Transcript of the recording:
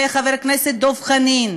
וחבר הכנסת דב חנין,